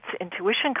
intuition